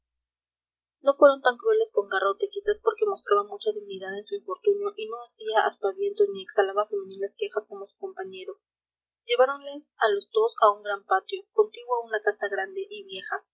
fueron tan crueles con garrote quizás porque mostraba mucha dignidad en su infortunio y no hacía aspaviento ni exhalaba femeniles quejas como su compañero lleváronles a los dos a un gran patio contiguo a una casa grande y vieja